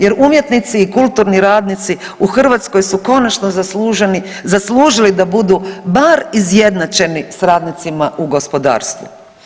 Jer umjetnici i kulturni radnici u Hrvatskoj su konačno zaslužili da budu bar izjednačeni sa radnicima u gospodarstvu.